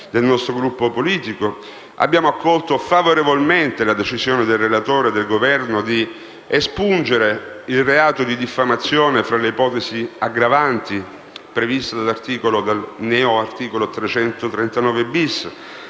Abbiamo accolto favorevolmente la decisione del relatore e del Governo di espungere il reato di diffamazione tra le ipotesi aggravanti previste dal neo articolo 339-*bis*